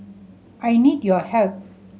I need your help